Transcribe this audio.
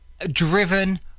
driven